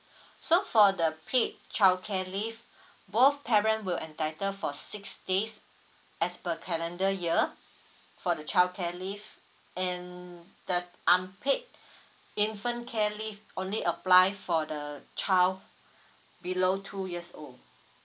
so for the paid childcare leave both parent will entitle for six days as per calendar year for the childcare leave and the unpaid infant care leave only apply for the child below two years old